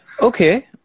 Okay